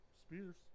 Spears